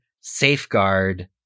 safeguard